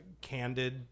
Candid